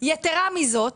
יתרה מזאת,